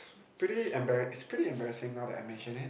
it's pretty embar~ it's pretty embarrassing now that I mention it